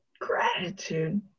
gratitude